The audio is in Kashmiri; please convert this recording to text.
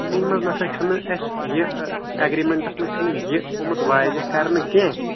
زٔمیٖنہٕ منٛز نَسا چُھنہٕ اَسہِ یہِ اگریمینٹس منٛز چُھنہٕ یہِ اومُت واضح کَرنہٕ کینہہ